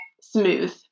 smooth